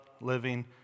living